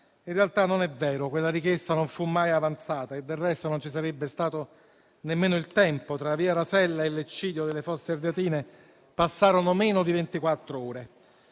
In realtà non è vero, quella richiesta non fu mai avanzata e del resto non ci sarebbe stato nemmeno il tempo: tra i fatti di Via Rasella e l'eccidio delle Fosse Ardeatine passarono meno di